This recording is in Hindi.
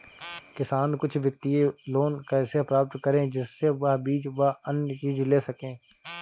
किसान कुछ वित्तीय लोन कैसे प्राप्त करें जिससे वह बीज व अन्य चीज ले सके?